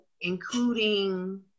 including